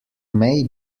may